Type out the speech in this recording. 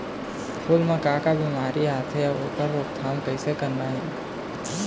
फूल म का का बिमारी आथे अउ ओखर रोकथाम कइसे करना हे?